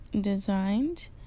designed